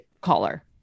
caller